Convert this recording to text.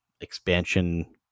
expansion